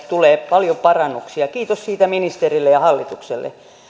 tulee paljon parannuksia kiitos siitä ministerille ja hallitukselle